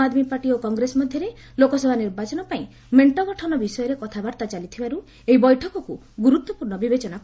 ଆମ୍ Aadmi Party ଓ କଂଗ୍ରେସ ମଧ୍ୟରେ ଲୋକସଭା ନିର୍ବାଚନ ପାଇଁ ମେଣ୍ଟ ଗଠନ ବିଷୟରେ କଥାବାର୍ତ୍ତା ଚାଲିଥିବାରୁ ଏହି ବୈଠକକୁ ଗୁରୁତ୍ୱପୂର୍ଣ୍ଣ ବିବେଚନା କରାଯାଉଛି